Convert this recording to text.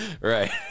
Right